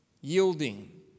Yielding